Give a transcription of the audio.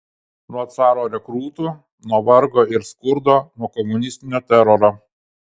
nuo caro rekrūtų nuo vargo ir skurdo nuo komunistinio teroro